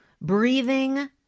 breathing